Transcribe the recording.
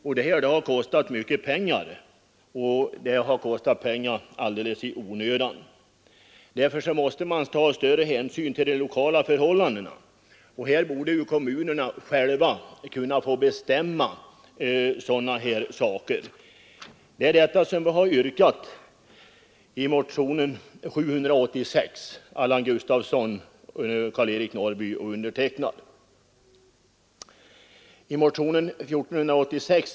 Man har kört långa sträckor varje vecka utan att hämta nästan någonting. Detta har kostat pengar alldeles i onödan. Större hänsyn måste tas till de lokala förhållandena, och kommunerna borde själva få bestämma i sådana här frågor, vilket herr Gustafsson i Säffle, herr Norrby i Gunnarskog och jag har yrkat i motionen 786.